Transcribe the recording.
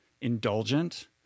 indulgent